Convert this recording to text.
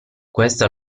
questa